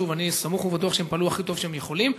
שוב, אני סמוך ובטוח שהם פעלו הכי טוב שהם יכולים.